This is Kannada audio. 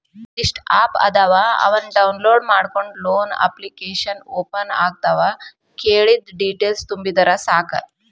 ಒಂದಿಷ್ಟ ಆಪ್ ಅದಾವ ಅವನ್ನ ಡೌನ್ಲೋಡ್ ಮಾಡ್ಕೊಂಡ ಲೋನ ಅಪ್ಲಿಕೇಶನ್ ಓಪನ್ ಆಗತಾವ ಕೇಳಿದ್ದ ಡೇಟೇಲ್ಸ್ ತುಂಬಿದರ ಸಾಕ